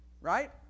right